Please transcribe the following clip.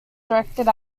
directed